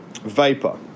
vapor